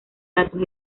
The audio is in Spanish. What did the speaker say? datos